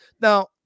Now